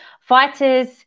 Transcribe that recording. fighters